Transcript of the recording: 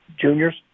juniors